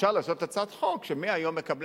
אפשר להציע הצעת חוק שמהיום מקבלי